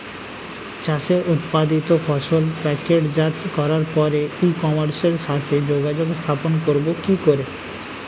চাষের উৎপাদিত ফসল প্যাকেটজাত করার পরে ই কমার্সের সাথে যোগাযোগ স্থাপন করব কি করে?